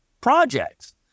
projects